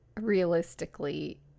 realistically